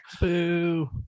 boo